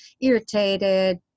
irritated